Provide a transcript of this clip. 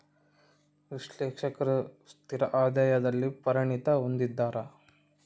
ವಿಶ್ಲೇಷಕರು ಸ್ಥಿರ ಆದಾಯದಲ್ಲಿ ಪರಿಣತಿ ಹೊಂದಿದ್ದಾರ